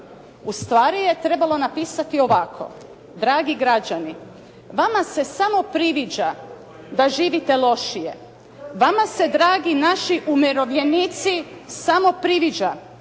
Ustvari je trebalo napisati ovako. Dragi građani, vama se samo priviđa da živite lošije. Vama se dragi naši umirovljenici samo priviđa.